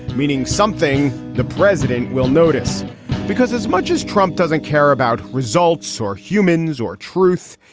meaning something the president will notice because as much as trump doesn't care about results or humans or truth,